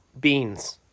Beans